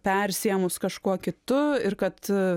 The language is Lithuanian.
persiėmus kažkuo kitu ir kad